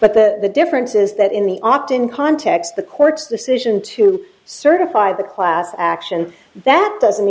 but the difference is that in the octon context the court's decision to certify the class action that doesn't